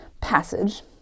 passage